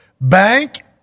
Bank